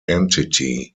entity